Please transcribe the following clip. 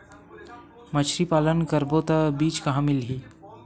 मछरी पालन करबो त बीज कहां मिलही?